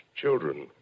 children